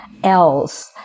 else